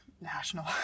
national